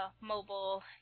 mobile